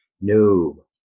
No